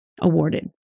awarded